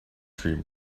dream